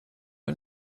and